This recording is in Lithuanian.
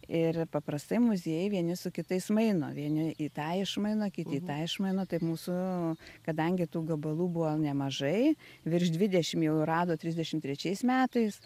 ir paprastai muziejai vieni su kitais maino vieni į tą išmaino kiti į tą išmaino taip mūsų kadangi tų gabalų buvo nemažai virš dvidešim jau rado trisdešimt trečiais metais